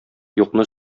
юкны